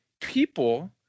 people